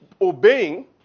obeying